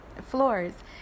floors